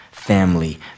Family